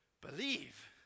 Believe